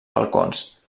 balcons